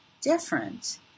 different